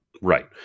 Right